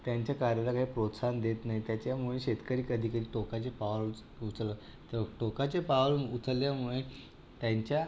त्यांच्या कार्यालये प्रोत्साहन देत नाही त्याच्यामुळे शेतकरी कधी कधी टोकाचे पाऊल उच उचलतो टोकाचे पाऊल उचलल्यामुळे त्यांच्या